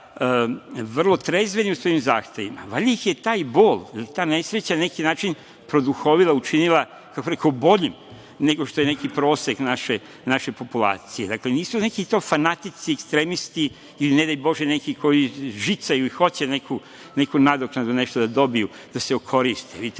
vrlo trezveni u svojim zahtevima. Valjda ih je taj bol ili ta nesreća na neki način produhovila, učinila nekako boljim nego što je neki prosek naše populacije. Dakle, nisu to neki fanatici, ekstremisti ili, ne daj Bože, neki koji žicaju i hoće neku nadoknadu, nešto da dobiju, da se okoriste. Vidite,